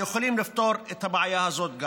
יכולים לפתור גם את הבעיה הזאת.